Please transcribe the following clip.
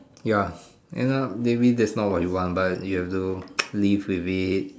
ya end up maybe that's not what you want but you have to through live with it